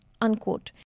Unquote